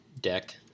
deck